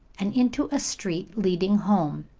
and into a street leading home.